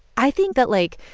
i think that, like,